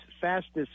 fastest